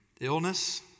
illness